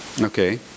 Okay